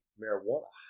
marijuana